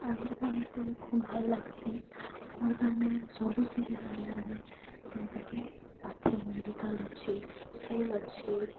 ଆମର୍ ଗାଁ ମୋତେ ଖୁବ୍ ଭଲ୍ ଲାଗ୍ସି ଆମର ଗାଁନେ ସବୁ ସୁବିଧା ହେଲାନେ ଯେନ୍ତା କି ପାଖେ ମେଡ଼ିକାଲ୍ ଅଛି ସ୍କୁଲ୍ ଅଛି